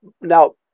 Now